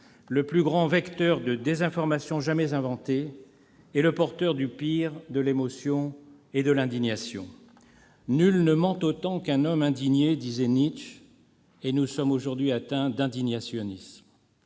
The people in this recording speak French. le plus grand vecteur de désinformation jamais inventé et le porteur du pire de l'émotion et de l'indignation. « Nul ne ment autant qu'un homme indigné », disait Nietzsche. Et nous sommes aujourd'hui atteints d'indignationnisme.